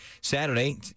Saturday